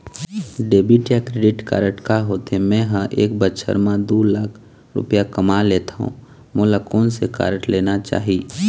Debit या credit card का होथे, मे ह एक बछर म दो लाख रुपया कमा लेथव मोला कोन से कारड लेना चाही?